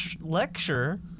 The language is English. lecture